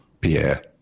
Pierre